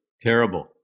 Terrible